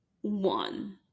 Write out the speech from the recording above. one